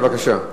בבקשה.